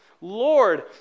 Lord